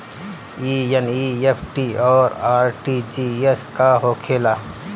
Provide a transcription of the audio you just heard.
ई एन.ई.एफ.टी और आर.टी.जी.एस का होखे ला?